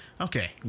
okay